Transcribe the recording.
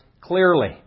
clearly